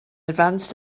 advanced